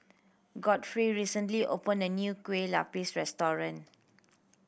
Godfrey recently opened a new Kueh Lapis restaurant